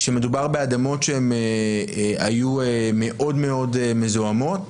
כשמדובר באדמות שהיו מאוד מאוד מזוהמות,